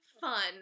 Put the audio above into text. fun